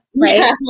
Right